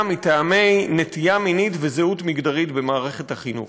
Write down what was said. מטעמי נטייה מינית וזהות מגדרית במערכת החינוך.